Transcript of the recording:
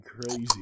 crazy